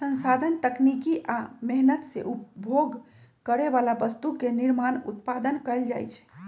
संसाधन तकनीकी आ मेहनत से उपभोग करे बला वस्तु के निर्माण उत्पादन कएल जाइ छइ